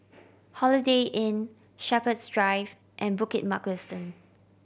Holiday Inn Shepherds Drive and Bukit Mugliston